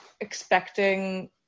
expecting